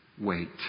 wait